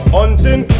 Hunting